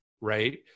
right